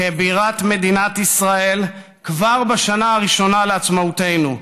כבירת מדינת ישראל כבר בשנה הראשונה לעצמאותנו,